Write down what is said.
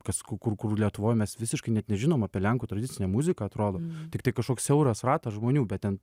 kas ku kur lietuvoj mes visiškai net nežinom apie lenkų tradicinę muziką atrodo tiktai kažkoks siauras ratas žmonių bet ten